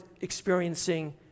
experiencing